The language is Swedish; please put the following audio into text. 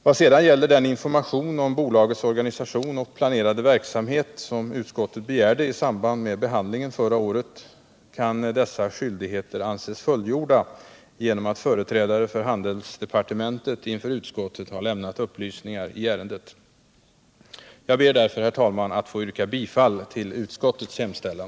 Vad sedan gäller den information om bolagets organisation och planerade verksamhet som utskottet begärde i samband med behandlingen förra året kan dessa skyldigheter anses fullgjorda genom att företrädare för handelsdepartementet inför utskottet har lämnat upplysningar i ärendet. Jag ber därför, herr talman, att få yrka bifall till utskottets hemställan.